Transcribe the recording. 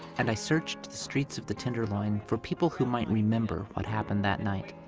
and i searched the streets of the tenderloin for people who might remember what happened that night.